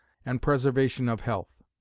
and preservation of health.